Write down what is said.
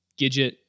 Gidget